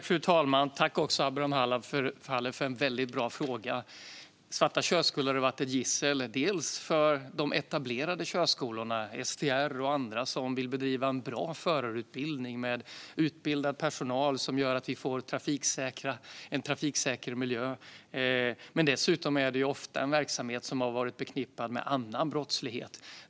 Fru talman! Tack för en väldigt bra fråga, Abraham Halef! Svarta körskolor har varit ett gissel för de etablerade körskolorna, STR och andra som vill bedriva en bra förarutbildning med utbildad personal som gör att vi får en trafiksäker miljö. Dessutom är det en verksamhet som ofta har varit förknippad med annan brottslighet.